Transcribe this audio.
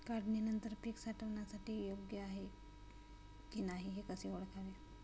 काढणी नंतर पीक साठवणीसाठी योग्य आहे की नाही कसे ओळखावे?